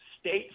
States